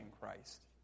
Christ